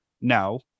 No